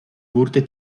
wurde